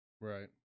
right